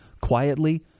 quietly